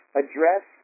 address